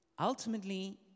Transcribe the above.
Ultimately